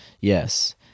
Yes